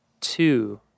two